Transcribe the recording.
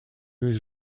was